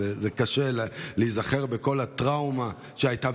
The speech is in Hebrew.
קשה להיזכר בכל הטראומה שהייתה.